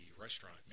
restaurant